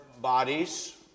bodies